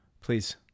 Please